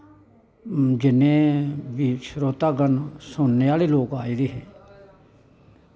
जिन्ने बी श्रोता गण सुनन्ने आह्ले लोक आए दे हे